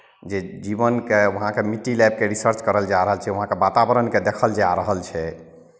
जे जीवनके वहाँके मिट्टी लाबि कऽ रिसर्च करल जा रहल छै वहाँके वातावरणकेँ देखल जा रहल छै